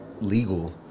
legal